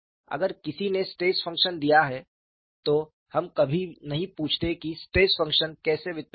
अगर किसी ने स्ट्रेस फंक्शन दिया है तो हम कभी नहीं पूछते कि स्ट्रेस फंक्शन कैसे व्युत्पन्न हुआ